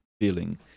feeling